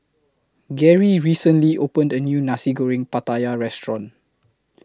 Gerry recently opened A New Nasi Goreng Pattaya Restaurant